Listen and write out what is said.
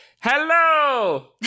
hello